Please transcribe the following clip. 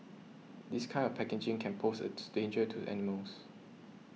this kind of packaging can pose a danger to animals